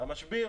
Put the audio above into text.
גם המשביר